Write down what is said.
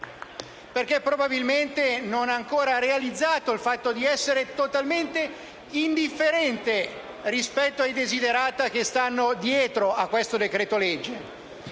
perché probabilmente non ha ancora realizzato il fatto di essere totalmente indifferente rispetto ai *desiderata* che stanno dietro a questo decreto-legge.